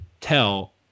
tell